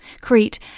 Crete